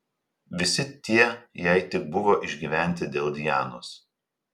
visi tie jei tik buvo išgyventi dėl dianos